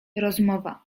rozmowa